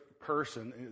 person